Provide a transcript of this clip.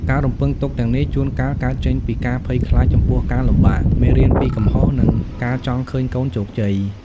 ការរំពឹងទុកទាំងនេះជួនកាលកើតចេញពី ការភ័យខ្លាចចំពោះការលំបាក មេរៀនពីកំហុស និងការចង់ឃើញកូនជោគជ័យ។